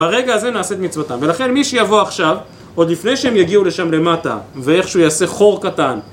ברגע הזה נעשית מצוותם; ולכן מי שיבוא עכשיו, עוד לפני שהם יגיעו לשם למטה, ואיכשהו יעשה חור קטן